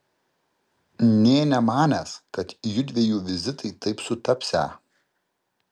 nė nemanęs kad jųdviejų vizitai taip sutapsią